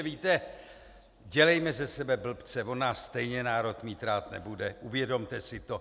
Víte, dělejme ze sebe blbce, on nás stejně národ mít rád nebude, uvědomte si to.